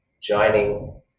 joining